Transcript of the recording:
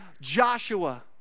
Joshua